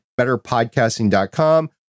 betterpodcasting.com